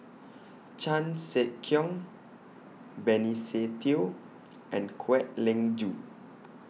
Chan Sek Keong Benny Se Teo and Kwek Leng Joo